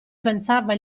pensava